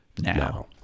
now